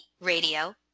radio